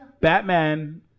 Batman